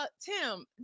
Tim